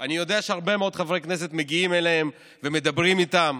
אני יודע שהרבה מאוד חברי כנסת מגיעים אליהם ומדברי איתם,